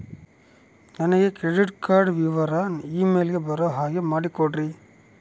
ನನಗೆ credit card ವಿವರ email ಗೆ ಬರೋ ಹಾಗೆ ಮಾಡಿಕೊಡ್ರಿ?